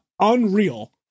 unreal